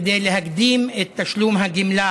כדי להקדים את תשלום הגמלה,